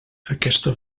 aquesta